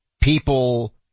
people